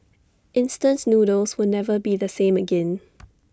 instance noodles will never be the same again